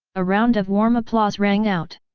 a round of warm applause rang out.